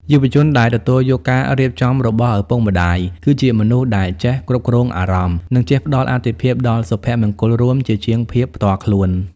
យុវជនដែលទទួលយកការរៀបចំរបស់ឪពុកម្ដាយ គឺជាមនុស្សដែលចេះ "គ្រប់គ្រងអារម្មណ៍" និងចេះផ្ដល់អាទិភាពដល់សុភមង្គលរួមជាជាងភាពផ្ទាល់ខ្លួន។